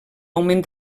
augment